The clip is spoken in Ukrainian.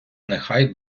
нехай